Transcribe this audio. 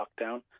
lockdown